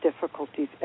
difficulties